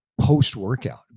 post-workout